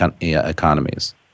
economies